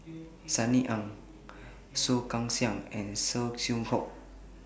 Sunny Ang Soh Kay Siang and Saw Swee Hock